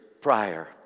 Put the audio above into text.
prior